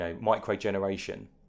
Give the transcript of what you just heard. micro-generation